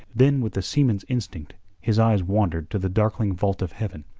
then with the seaman's instinct his eyes wandered to the darkling vault of heaven,